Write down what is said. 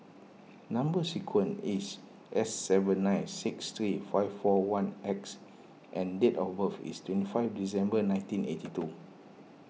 Number Sequence is S seven nine six three five four one X and date of birth is twenty five December nineteen eighty two